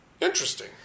interesting